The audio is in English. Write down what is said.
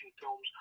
films